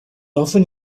often